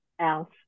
else